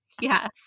Yes